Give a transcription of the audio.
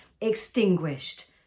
extinguished